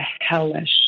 hellish